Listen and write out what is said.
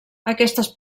aquestes